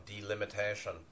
delimitation